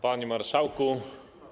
Panie Marszałku!